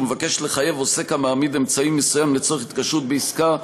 ומבקשת לחייב עוסק המעמיד אמצעי מסוים לצורך התקשרות בעסקה,